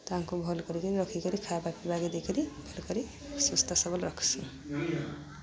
ତାଙ୍କୁ ଭଲ୍ କରିକି ରଖିକରି ଖାଇବା ପିଇବାକେ ଦେଇକରି ଭଲ୍ କରି ସୁସ୍ଥ ସବଲ ରଖ୍ସୁଁ